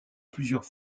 plusieurs